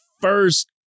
first